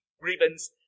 grievance